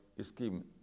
scheme